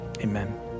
Amen